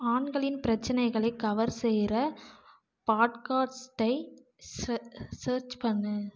ஆண்களின் பிரச்சனைகளை கவர் செய்கிற பாட்காஸ்ட்டை சேர்ச் பண்ணு